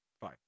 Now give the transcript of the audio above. Fine